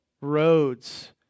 roads